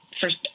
first